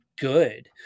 good